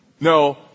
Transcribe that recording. No